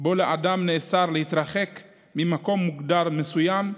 שבו נאסר על האדם להתרחק ממקום מוגדר מסוים,